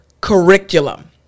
curriculum